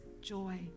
joy